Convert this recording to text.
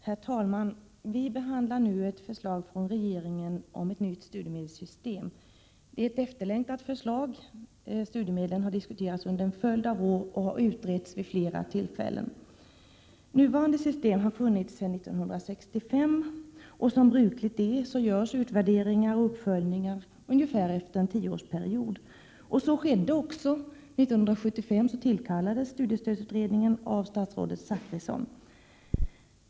Herr talman! Vi behandlar nu ett förslag från regeringen om ett nytt studiemedelssystem. Det är ett efterlängtat förslag. Studiemedlen har diskuterats under en följd av år och har utretts vid flera tillfällen. Nuvarande system har funnits sedan 1965. Som brukligt är görs utvärderingar och uppföljningar, ungefärligen efter en tioårsperiod och så skedde även i det här fallet. 1975 tillkallades studiestödsutredningen av statsrådet Zachrisson.